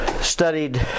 studied